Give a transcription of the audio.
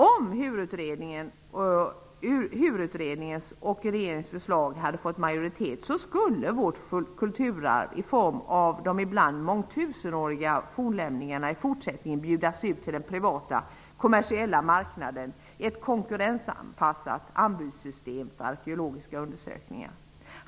Om HUR-utredningens och regeringens förslag hade fått majoritet skulle vårt kulturarv i form av de ibland mångtusenåriga fornlämningarna i fortsättningen bjudas ut till den privata kommersiella marknaden för ett konkonkurrensanpassat anbudssystem för arkeologiska undersökningar.